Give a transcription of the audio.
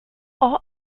all